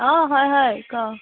অঁ হয় হয় ক